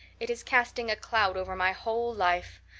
it is casting a cloud over my whole life.